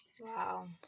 Wow